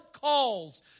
calls